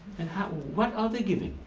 and what are they giving?